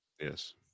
yes